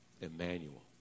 Emmanuel